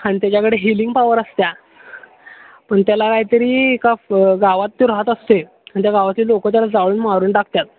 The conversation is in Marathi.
आणि त्याच्याकडे हिलिंग पॉवर असते पण त्याला कायतरी का गावात ते राहत असते आणि त्या गावातले लोक त्याला जाळून मारून टाकतात